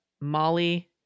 Molly